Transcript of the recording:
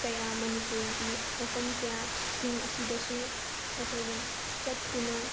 ꯀꯌꯥ ꯃꯅꯤꯄꯨꯔꯤꯒꯤ ꯃꯐꯝ ꯀꯌꯥꯁꯤꯡ ꯑꯁꯤꯗꯁꯨ ꯃꯈꯣꯏꯅ ꯆꯠꯇꯨꯅ